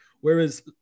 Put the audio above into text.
Whereas